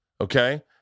Okay